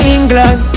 England